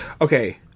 Okay